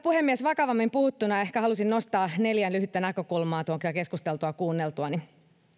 puhemies vakavammin puhuttuna ehkä haluaisin nostaa neljä lyhyttä näkökulmaa tuokion keskustelua kuunneltuani